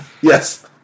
Yes